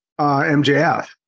MJF